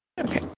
okay